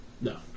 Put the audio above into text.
No